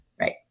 right